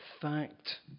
fact